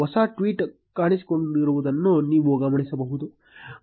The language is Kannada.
ಹೊಸ ಟ್ವೀಟ್ ಕಾಣಿಸಿಕೊಂಡಿರುವುದನ್ನು ನೀವು ಗಮನಿಸಬಹುದು